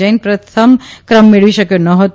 જૈન પ્રથમ ક્રમ મેળવી શક્યો ન ફતો